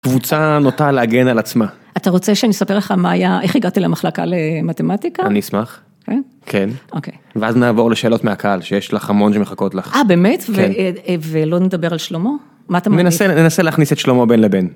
קבוצה נוטה להגן על עצמה. אתה רוצה שאני אספר לך מה היה איך הגעתי למחלקה למתמטיקה? אני אשמח, כן. כן אוקיי. ואז נעבור לשאלות מהקהל שיש לך המון שמחכות לך. באמת? ולא נדבר על שלמה? מה אתה מנסה... ננסה להכניס את שלמה בין לבין.